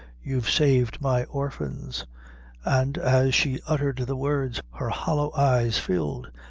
you've saved my orphans and, as she uttered the words, her hollow eyes filled,